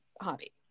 hobby